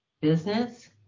business